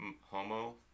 Homo